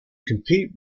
compete